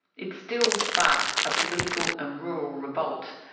it still sparked a political and rural revolt.